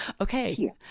okay